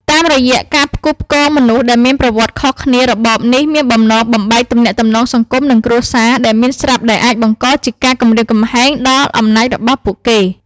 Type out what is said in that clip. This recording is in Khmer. តាមរយៈការផ្គូផ្គងមនុស្សដែលមានប្រវត្តិខុសគ្នា របបនេះមានបំណងបំបែកទំនាក់ទំនងសង្គមនិងគ្រួសារដែលមានស្រាប់ដែលអាចបង្កជាការគំរាមកំហែងដល់អំណាចរបស់ពួកគេ។